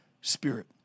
Spirit